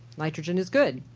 nitrogen is good.